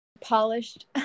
polished